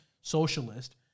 socialist